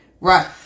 Right